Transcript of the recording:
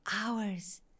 hours